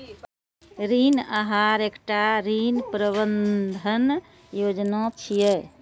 ऋण आहार एकटा ऋण प्रबंधन योजना छियै